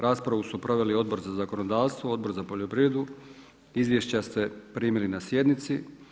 Raspravu su proveli Odbor za zakonodavstvo, Odbor za poljoprivredu, izvješća ste primili na sjednici.